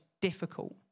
difficult